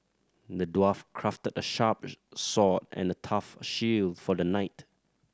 the dwarf crafted a sharp sword and a tough shield for the knight